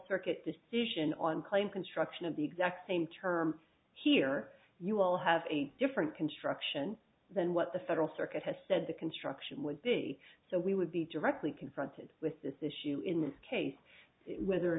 circuit decision on clay and construction of the exact same term here you will have a different construction than what the federal circuit has said the construction would be so we would be directly confronted with this issue in this case whether or